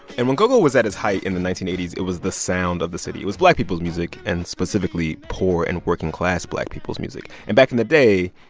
and when go-go was at its height in the nineteen eighty s, it was the sound of the city. it was black people's music, and specifically poor and working-class black people's music. and back in the day,